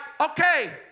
okay